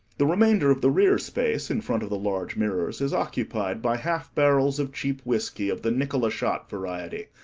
the remainder of the rear space in front of the large mirrors is occupied by half-barrels of cheap whiskey of the nickel-a-shot variety,